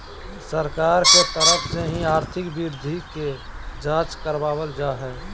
सरकार के तरफ से ही आर्थिक वृद्धि के जांच करावल जा हय